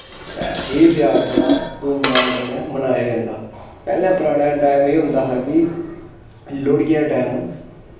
ते एह् तेहार बड़ा धूम धाम कन्नै मनाया जंदा पैह्लें परानै टैम एह् होंदा हा कि लोह्ड़ियै दे टैम